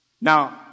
Now